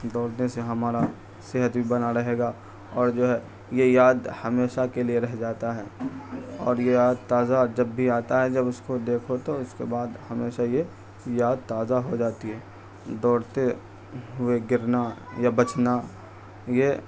دوڑنے سے ہمارا صحت بھی بنا رہے گا اور جو ہے یہ یاد ہمیشہ کے لیے رہ جاتا ہے اور یہ یاد تازہ جب بھی آتا ہے جب اس کو دیکھو تو اس کے بعد ہمیشہ یہ یاد تازہ ہو جاتی ہے دوڑتے ہوئے گرنا یا بچنا یہ